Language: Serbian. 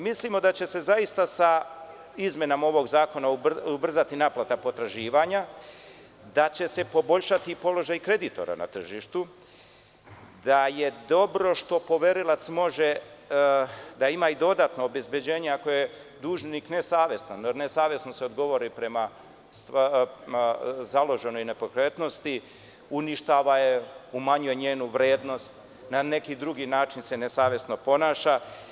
Mislimo da će se zaista sa izmenama ovog zakona ubrzati naplata potraživanja, da će se poboljšati položaj kreditora na tržištu, da je dobro što poverilac može da ima i dodatno obezbeđenje ako je dužnik nesavesno se odgovori prema založenoj nepokretnosti uništava je, umanjuje njenu vrednost, na neki drugi način se nesavesno ponaša.